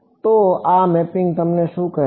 તો આ મેપિંગ તમને શું કહે છે